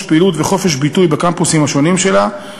פעילות וחופש ביטוי בקמפוסים השונים שלה,